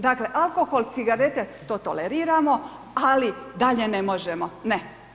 Dakle, alkohol, cigarete, to toleriramo, ali dalje ne možemo, ne.